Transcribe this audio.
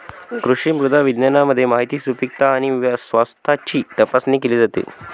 कृषी मृदा विज्ञानामध्ये मातीची सुपीकता आणि स्वास्थ्याची तपासणी केली जाते